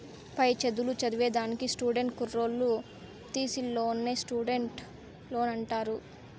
పై చదువులు చదివేదానికి స్టూడెంట్ కుర్రోల్లు తీసీ లోన్నే స్టూడెంట్ లోన్ అంటారు